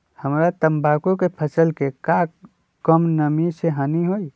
हमरा तंबाकू के फसल के का कम नमी से हानि होई?